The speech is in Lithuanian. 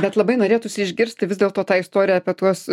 bet labai norėtųsi išgirsti vis dėlto tą istoriją apie tuos